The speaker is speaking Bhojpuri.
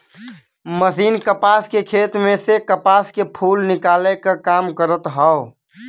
मशीन कपास के खेत में से कपास के फूल निकाले क काम करत हौ